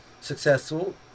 successful